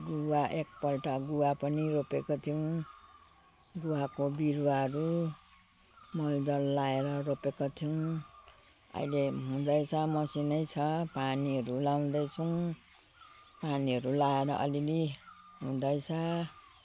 गुवा एकपल्ट गुवा पनि रोपेको थियौँ गुवाको बिरुवाहरू मलदल लगाएर रोपेका थियौँ अहिले हुँदैछ मसिनै छ पानीहरू लगाउँदैछौँ पानीहरू लगाएर अलिअलि हुँदैछ